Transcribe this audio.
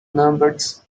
numbers